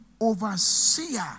overseer